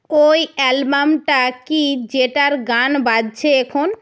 কই অ্যালবামটা কী যেটার গান বাজছে এখন